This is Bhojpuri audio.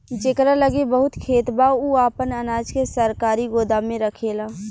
जेकरा लगे बहुत खेत बा उ आपन अनाज के सरकारी गोदाम में रखेला